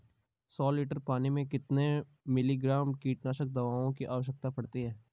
सौ लीटर पानी में कितने मिलीग्राम कीटनाशक दवाओं की आवश्यकता पड़ती है?